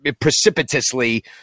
precipitously